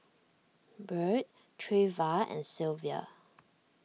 Byrd Treva and Sylvia